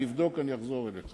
אני הוא זה ששיניתי את החוק.